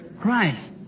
Christ